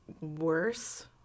worse